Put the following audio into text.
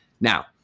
now